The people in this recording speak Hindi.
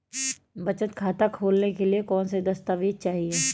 बचत खाता खोलने के लिए कौनसे दस्तावेज़ चाहिए?